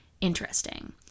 interesting